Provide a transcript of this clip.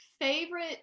favorite